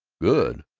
good?